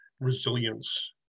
resilience